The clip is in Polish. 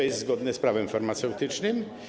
Jest to zgodne z Prawem farmaceutycznym.